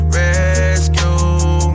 rescue